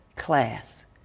class